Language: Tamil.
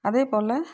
அதே போல்